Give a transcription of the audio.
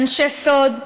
אנשי סוד,